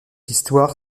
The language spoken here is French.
histoire